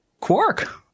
Quark